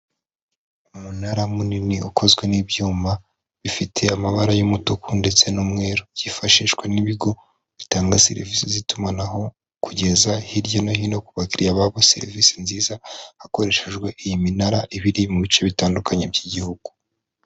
Umunara munini ukozwe n'ibyuma bifite amabara y'umutuku ndetse n'umweru byifashishwa n'ibigo bitanga serivisi z'itumanaho kugeza hirya no hino ku bakiriya babo serivisi nziza hakoreshejwe iyi minara ibiri mu bice bitandukanye by'igihugu.